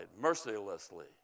mercilessly